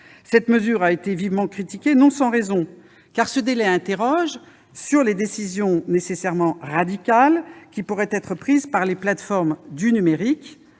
Cette mesure a été vivement critiquée, non sans raison. Ce délai conduit à s'interroger effectivement sur les décisions nécessairement radicales qui pourraient être prises par les plateformes numériques,